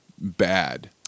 bad